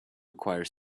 acquire